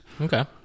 Okay